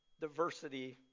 diversity